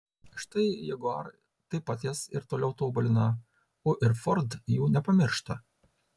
štai jaguar taip pat jas ir toliau tobulina o ir ford jų nepamiršta